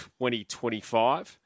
2025